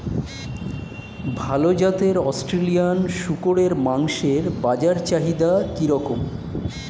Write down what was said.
ভাল জাতের অস্ট্রেলিয়ান শূকরের মাংসের বাজার চাহিদা কি রকম?